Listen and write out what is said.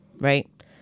right